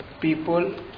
people